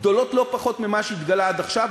גדולות לא פחות ממה שהתגלה עד עכשיו,